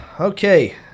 Okay